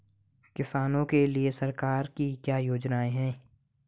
किसानों के लिए सरकार की क्या योजनाएं हैं?